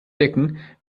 decken